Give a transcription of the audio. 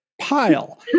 pile